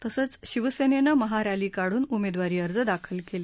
तसंच शिवसेनेनं महारसी काढून उमेदवारी अर्ज दाखल केले